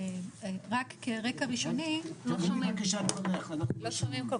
רק כרקע ראשוני, כשאנחנו מדברים על